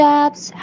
Jobs